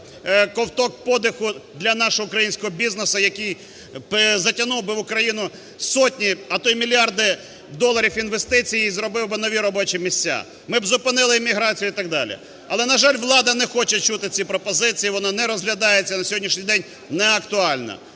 ковток подиху для нашого українського бізнесу, який би затягнув в Україну сотні, а то й мільярди доларів інвестицій, і зробив би нові робочі місця. Ми б зупинили еміграцію і так далі. Але, на жаль, влада не хоче чути ці пропозиції, вони не розглядаються, на сьогоднішній день – неактуально.